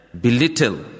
belittle